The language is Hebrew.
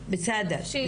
בסדר,